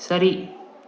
சரி